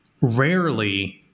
rarely